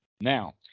Now